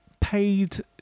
paid